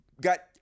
got